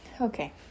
Okay